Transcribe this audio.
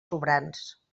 sobrants